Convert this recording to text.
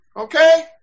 Okay